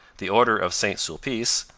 the order of st sulpice,